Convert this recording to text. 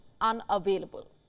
unavailable